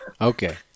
Okay